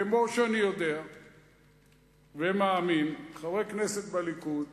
כמו שאני יודע ומאמין שחברי כנסת מהליכוד